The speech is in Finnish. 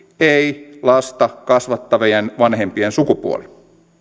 ei lasta kasvattavien vanhempien sukupuoli